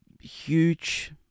huge